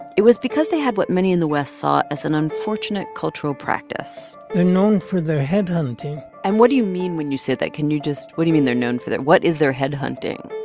it was because they had what many in the west saw as an unfortunate cultural practice they're known for their headhunting and what do you mean when you say that? can you just what do you mean they're known for that? what is their headhunting?